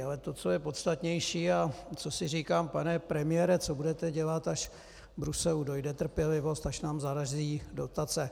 Ale to, co je podstatnější a co si říkám: Pane premiére, co budete dělat, až Bruselu dojde trpělivost, až nám zarazí dotace?